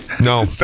No